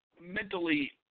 mentally –